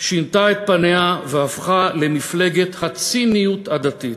שינתה את פניה והפכה למפלגת הציניות הדתית.